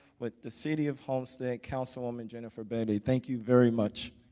with the city of homestead councilwoman jenifer bailey. thank you very much.